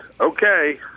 okay